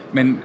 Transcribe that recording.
Men